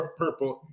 purple